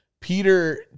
Peter